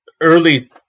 early